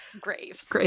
graves